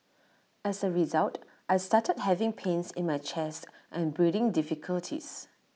as A result I started having pains in my chest and breathing difficulties